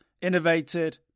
Innovated